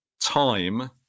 time